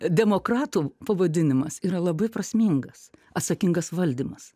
demokratų pavadinimas yra labai prasmingas atsakingas valdymas